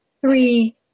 three